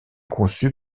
conçu